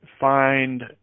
find